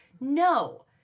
No